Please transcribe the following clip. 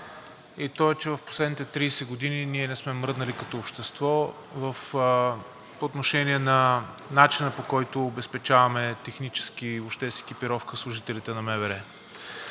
и той е, че в последните 30 години ние не сме мръднали като общество по отношение на начина, по който обезпечаваме технически и въобще с екипировка служителите на МВР,